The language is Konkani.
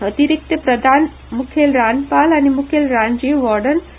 अतिरिक्त प्रधान मुख्य रानपाल आनी मुखेल रानजीव वार्डन श्री